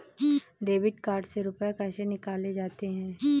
Debit card से रुपये कैसे निकाले जाते हैं?